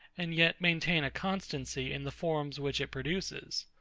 and yet maintain a constancy in the forms which it produces?